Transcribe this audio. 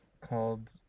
called